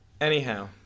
Anyhow